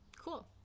cool